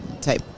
Type